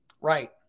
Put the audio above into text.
Right